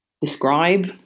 describe